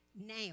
Now